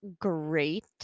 great